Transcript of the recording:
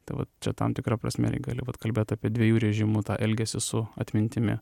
tai vat čia tam tikra prasme irgi gali vat kalbėt apie dviejų režimų tą elgesį su atmintimi